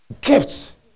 Gifts